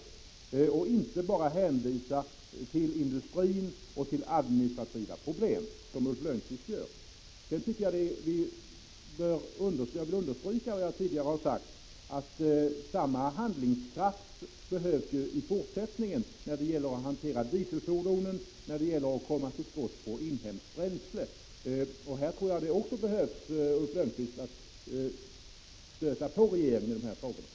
Vi får inte bara hänvisa till industrin och till administrativa problem, som Ulf Lönnqvist gör. Jag vill understryka vad jag tidigare har sagt, att samma handlingskraft behövs i fortsättningen när det gäller att hantera frågan om dieselfordonen och när det gäller att komma till skott i fråga om inhemskt bränsle. Jag tror, Ulf Lönnqvist, att man behöver stöta på regeringen i de här frågorna.